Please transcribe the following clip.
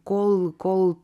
kol kol